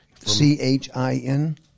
C-H-I-N